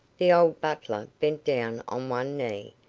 the old butler bent down on one knee,